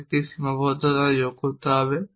বা একটি সীমাবদ্ধতা যোগ করতে হবে